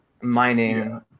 mining